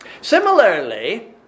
Similarly